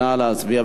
נא להצביע.